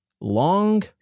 long